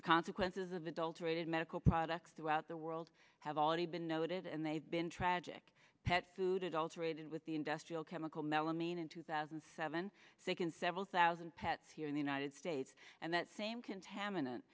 the consequences of adulterated medical products throughout the world have already been noted and they have been tragic petfood adulterated with the industrial chemical melamine in two thousand and seven second several thousand pets here in the united states and that same contaminant